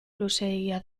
luzeegia